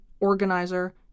organizer